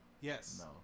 Yes